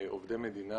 עובדי מדינה,